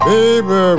Baby